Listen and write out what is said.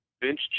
bench